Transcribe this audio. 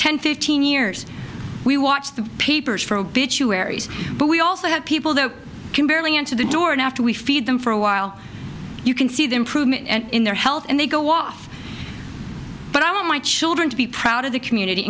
ten fifteen years we watch the papers for obituaries but we also have people that can barely answer the door and after we feed them for a while you can see the improvement in their health and they go off but i want my children to be proud of the